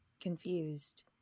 confused